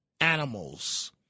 animals